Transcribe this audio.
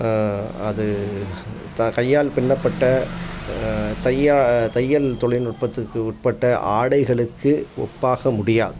அது தான் கையால் பின்னப்பட்ட தையா தையல் தொழில்நுட்பத்துக்கு உட்பட்ட ஆடைகளுக்கு ஒப்பாக முடியாது